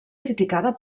criticada